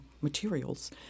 materials